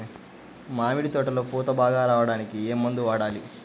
మామిడి తోటలో పూత బాగా రావడానికి ఏ మందు వాడాలి?